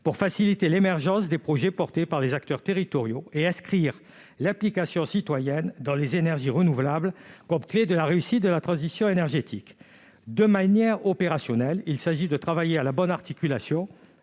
pour favoriser l'émergence des projets gérés par ces acteurs territoriaux et faire de l'implication citoyenne dans les énergies renouvelables la clé de la réussite en matière de transition énergétique. Sur le plan opérationnel, il s'agit de travailler à la bonne articulation